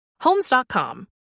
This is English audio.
Homes.com